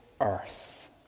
earth